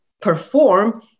perform